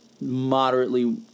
moderately